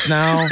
now